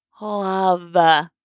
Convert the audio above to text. love